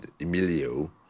Emilio